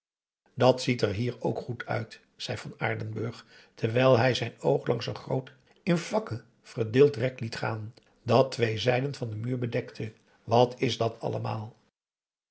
dat ziet er hier ook goed uit zei van aardenburg terwijl hij zijn oog langs een groot in vakken verdeeld rek liet gaan dat twee zijden van den muur bedekte wat is dat allemaal